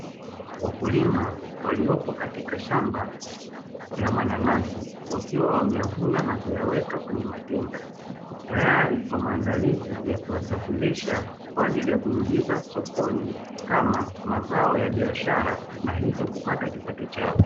Wakulima waliyopo katika shamba la mananasi wakiwa wameyavuna na kuyaweka kwenye matenga tayari kwa maandalizi ya kuyasafirisha kwa ajili ya kuyaingiza sokoni kama mazao ya biashara na hivyo kupata kipato chao.